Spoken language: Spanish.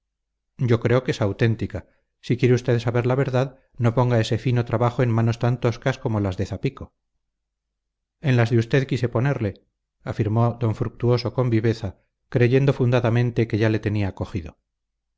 yo creo que es auténtica si quiere usted saber la verdad no ponga ese fino trabajo en manos tan toscas como las de zapico en las de usted quise ponerle afirmó d fructuoso con viveza creyendo fundadamente que ya le tenía cogido